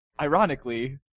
Ironically